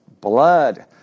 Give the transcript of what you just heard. blood